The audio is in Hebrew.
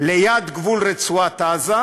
ליד גבול רצועת-עזה,